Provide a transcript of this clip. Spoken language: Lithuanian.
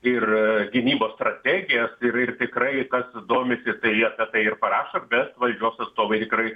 ir gynybos strategijas ir ir tikrai kas domisi tai jie apie tai ir parašo bet valdžios atstovai tikrai